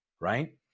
right